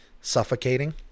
suffocating